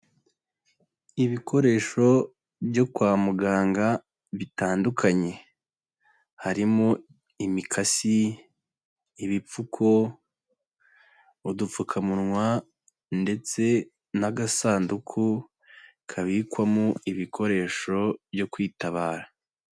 Ibikoresho byo kwa muganga bitandukanye, harimo imikasi, ibipfuko, udupfukamunwa ndetse n'agasanduku kabikwamo ibikoresho byo kwitabara.